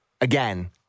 again